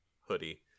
hoodie